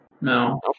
No